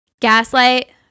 gaslight